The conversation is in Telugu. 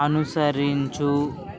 అనుసరించు